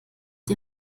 die